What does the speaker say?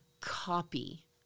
copy